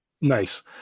Nice